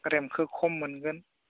रेमखौ खम मोनगोन